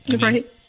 Right